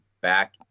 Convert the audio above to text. back